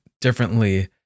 differently